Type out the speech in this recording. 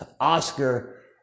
Oscar